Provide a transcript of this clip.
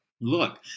look